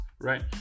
right